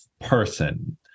person